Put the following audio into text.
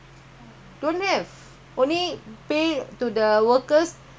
salary they still pay and then dormitory their utilities